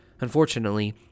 Unfortunately